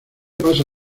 pasa